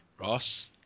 Ross